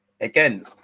Again